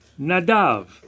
Nadav